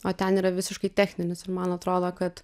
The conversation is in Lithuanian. o ten yra visiškai techninis ir man atrodo kad